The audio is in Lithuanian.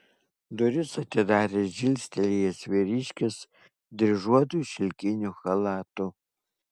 duris atidarė žilstelėjęs vyriškis dryžuotu šilkiniu chalatu